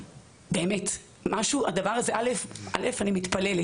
באמת, הדבר הזה לא הגיוני.